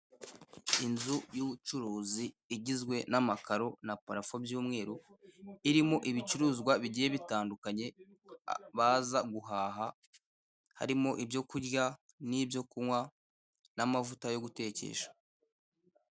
Inzu y'ubucuruzi igizwe n'amakaro na parafo by'umweru, irimo ibicuruzwa bigiye bitandukanye baza guhaha harimo ibyo kurya n'ibyo kunywa n'amavuta yo gutekesha.